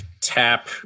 tap